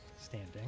standing